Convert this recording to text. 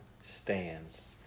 stands